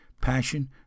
passion